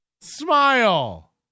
Smile